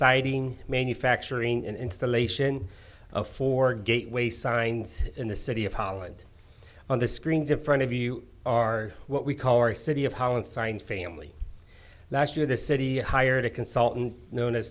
siding manufacturing and installation of four gateway signs in the city of holland on the screens in front of you are what we call our city of holland signed family last year the city hired a consultant known as